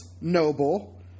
Noble